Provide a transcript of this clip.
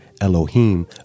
Elohim